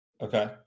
Okay